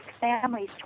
families